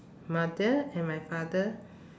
mother and my father